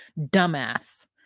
dumbass